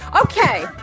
Okay